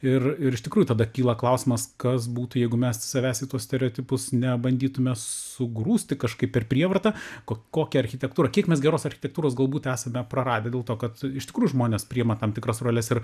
ir ir iš tikrųjų tada kyla klausimas kas būt jeigu mes savęs į tuos stereotipus nebandytume sugrūsti kažkaip per prievartą ko kokią architektūrą kiek mes geros architektūros galbūt esame praradę dėl to kad iš tikrųjų žmonės priima tam tikras roles ir